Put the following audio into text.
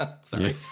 Sorry